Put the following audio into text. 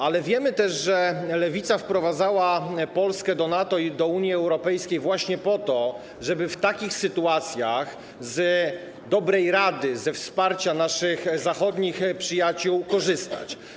Ale wiemy też, że lewica wprowadzała Polskę do NATO i do Unii Europejskiej właśnie po to, żeby w takich sytuacjach z dobrej rady, ze wsparcia naszych zachodnich przyjaciół korzystać.